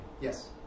Yes